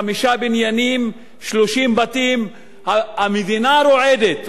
חמישה בניינים, 30 בתים, המדינה רועדת.